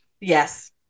Yes